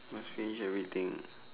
must finish everything